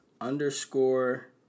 underscore